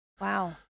Wow